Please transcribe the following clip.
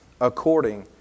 according